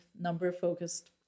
number-focused